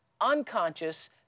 Unconscious